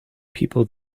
people